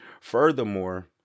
Furthermore